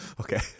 Okay